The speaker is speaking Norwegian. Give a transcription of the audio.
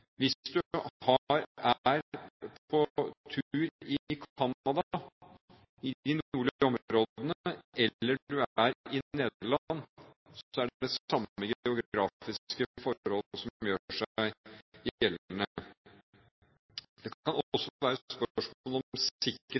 Hvis du er på tur i Canada, i de nordlige områdene, eller du er i Nederland, er det de samme geografiske forhold som gjør seg gjeldende. Det kan også være spørsmål om